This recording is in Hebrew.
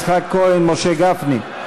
יצחק כהן ומשה גפני.